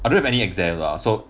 I don't have any exam lah so